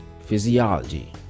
physiology